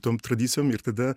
tom tradicijom ir tada